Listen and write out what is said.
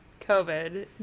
COVID